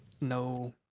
no